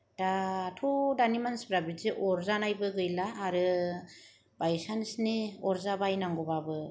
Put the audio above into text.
दाथ' दानि मानसिफोरा बिदि अरजानायबो गैला आरो बायसान्स नि अरजाबायनांगौबाबो